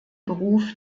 beruf